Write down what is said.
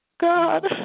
God